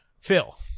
Phil